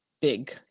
big